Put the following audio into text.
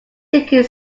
seeking